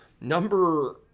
number